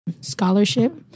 scholarship